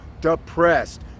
depressed